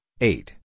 eight